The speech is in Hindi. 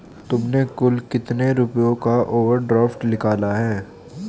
तुमने कुल कितने रुपयों का ओवर ड्राफ्ट निकाला है?